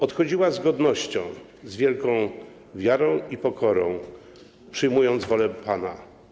Odchodziła z godnością, z wielką wiarą i pokorą, przyjmując wolę Pana.